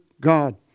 God